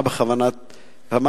2. אם